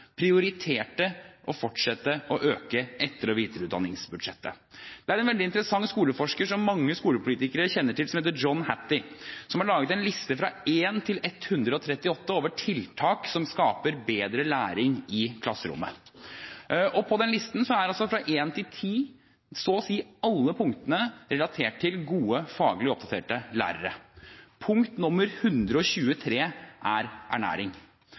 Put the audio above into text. prioriterte å fortsette å øke etter- og videreutdanningsbudsjettet. Det er en veldig interessant skoleforsker, som mange skolepolitikere kjenner til, som heter John Hattie, som har laget en liste fra 1–138 over tiltak som skaper bedre læring i klasserommet. På den listen er så å si alle punktene fra 1–10 relatert til gode, faglig oppdaterte lærere. Punkt nr. 123 er ernæring.